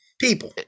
people